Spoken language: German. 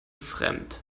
fremd